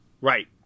Right